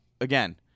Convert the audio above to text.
again